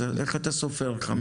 אז איך אתה סופר 5 שנים?